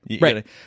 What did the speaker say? right